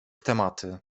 tematy